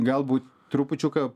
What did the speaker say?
galbūt trupučiuką